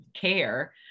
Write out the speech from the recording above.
care